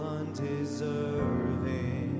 undeserving